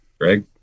Greg